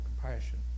compassion